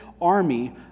army